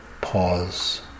Pause